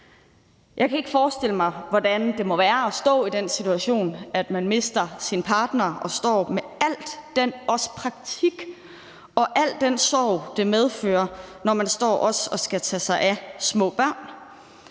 Jeg kan ikke forestille mig, hvordan det må være at stå i den situation, hvor man mister sin partner og også står med al det praktiske og al den sorg, det medfører, når man skal tage sig af små børn.